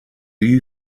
you